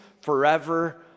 forever